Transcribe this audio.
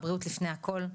הבריאות לפני הכל.